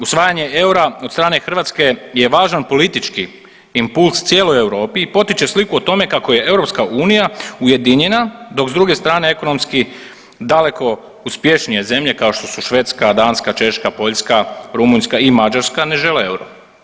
Usvajanje eura od strane Hrvatske je važan politički impuls cijeloj Europi i potiče sliku o tome kako je EU ujedinjena, dok s druge strane ekonomski daleko uspješnije zemlje kao što su Švedska, Danska, Češka, Poljska, Rumunjska i Mađarska ne žele euro.